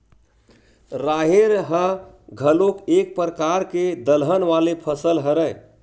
राहेर ह घलोक एक परकार के दलहन वाले फसल हरय